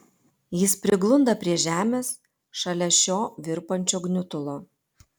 jis priglunda prie žemės šalia šio virpančio gniutulo